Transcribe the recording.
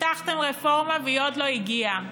הבטחתם רפורמה, והיא עוד לא הגיעה.